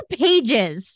pages